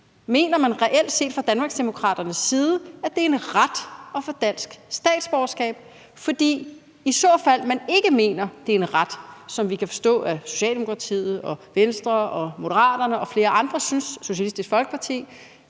Mener man reelt set fra Danmarksdemokraternes side, at det er en ret at få dansk statsborgerskab? For i fald man ikke mener, det er en ret, hvad vi kan forstå at Socialdemokratiet, Venstre, Moderaterne, Socialistisk Folkeparti